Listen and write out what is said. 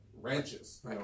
ranches